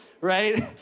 right